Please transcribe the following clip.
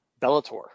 Bellator